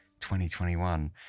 2021